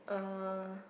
uh